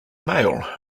mail